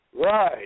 Right